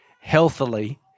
healthily